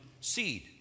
seed